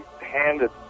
handed